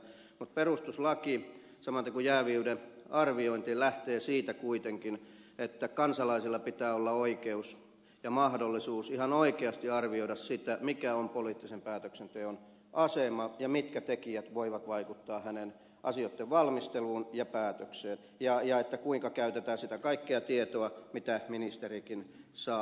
mutta perustuslaki samaten kuin jääviyden arviointi lähtee kuitenkin siitä että kansalaisilla pitää olla oikeus ja mahdollisuus ihan oikeasti arvioida sitä mikä on poliittisen päätöksenteon asema ja mitkä tekijät voivat vaikuttaa poliitikon asioitten valmisteluun ja päätökseen ja kuinka käytetään sitä kaikkea tietoa mitä ministerikin saa